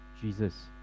Jesus